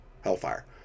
Hellfire